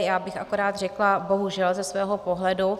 Já bych akorát řekla, bohužel, ze svého pohledu.